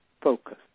focus